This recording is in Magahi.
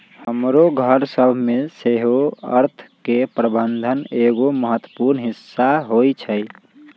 हमरो घर सभ में सेहो अर्थ के प्रबंधन एगो महत्वपूर्ण हिस्सा होइ छइ